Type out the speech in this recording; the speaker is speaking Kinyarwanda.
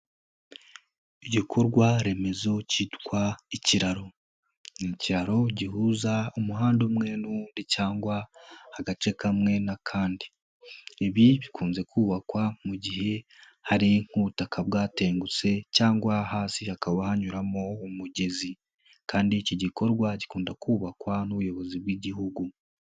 Igikorwa remezo cyitwa ikiraro, ni icyaro gihuza umuhanda umwe n'undi cyangwa agace kamwe n'akandi, ibi bikunze kubakwa mu gihe hari nk'ubutaka bwatengutse cyangwa hasi hakaba hanyuramo umugezi kandi iki gikorwa gikunda kubakwa n'ubuyobozi bw'gihugu.